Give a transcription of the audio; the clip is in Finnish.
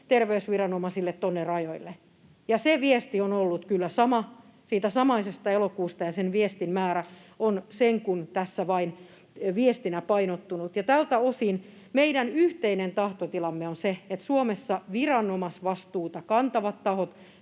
terveysviranomaisille tuonne rajoille. Ja se viesti on ollut kyllä sama siitä samaisesta elokuusta, ja sen viestin määrä on tässä sen kuin vain viestinä painottunut. Tältä osin meidän yhteinen tahtotilamme on se, että Suomessa viranomaisvastuuta kantavat tahot